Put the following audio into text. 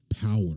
power